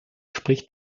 spricht